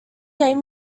gave